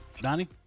Donnie